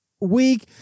week